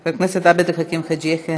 חבר הכנסת עבד אל חכים חאג' יחיא,